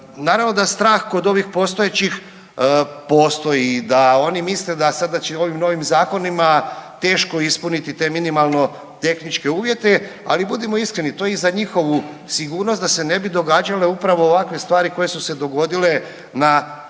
Naravno da strah kod ovih postojećih postoji i da oni misle da sada će im ovim novim zakonima teško ispuniti te minimalno tehničke uvjete, ali budimo iskreni to je i za njihovu sigurnost da se ne bi događale upravo ovakve stvari koje su se dogodile na nekoliko